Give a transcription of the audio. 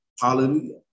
Hallelujah